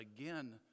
again